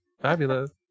Fabulous